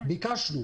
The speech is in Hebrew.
ביקשנו: